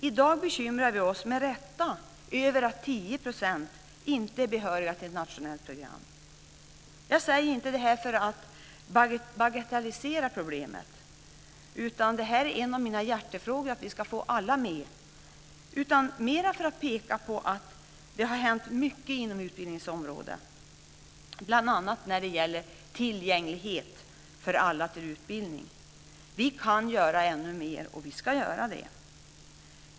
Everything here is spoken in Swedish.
I dag bekymrar vi oss, med rätta, över att 10 % inte är behöriga till ett nationellt program. Jag säger inte detta för att bagatellisera problemet. Det är en av mina hjärtefrågor att alla ska komma in. Detta är mer för att peka på att det har hänt mycket inom utbildningsområdet, bl.a. när det gäller tillgänglighet för alla till utbildning. Vi kan göra ännu mer, och vi ska göra det.